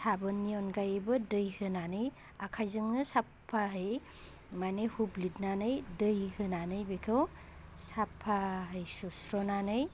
साबोननि अनगायैबो दै होनानै आखाइजोंनो साफायै मानि हुब्लिथनानै दै होनानै बेखौ साफायै सुस्र'नानै